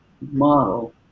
model